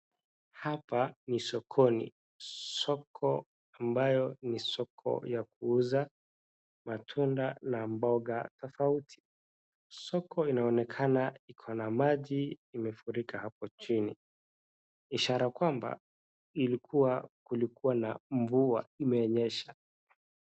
Hapa ni sokoni, soko ambayo ni soko ya kuuza matunda na mboga tofauti. Soko inaonekana ikona maji imefurika hapo chini. Ishara kwamba kulikuwa na mvua imenyesha.